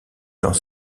dans